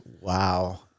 Wow